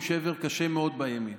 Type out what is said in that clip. עם שבר קשה מאוד בימין.